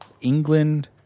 England